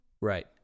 Right